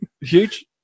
Huge